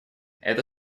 это